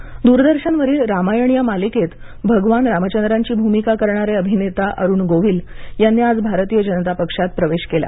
अरुण गोविल दूरदर्शनवरील रामायण या मालिकेत भगवान रामचंद्रांची भूमिका करणारे अभिनेता अरूण गोविल यांनी आज भारतीय जनता पार्टीमध्ये प्रवेश केला